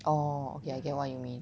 orh ya I get what you mean